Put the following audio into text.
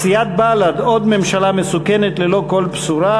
סיעת בל"ד, עוד ממשלה מסוכנת ללא כל בשורה.